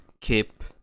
keep